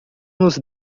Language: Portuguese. nos